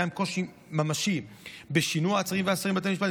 קיים קושי ממשי בשינוע העצירים והאסירים אל בתי המשפט,